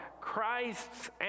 Christ's